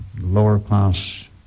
lower-class